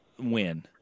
win